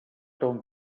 ton